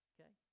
Okay